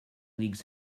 leagues